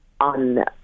on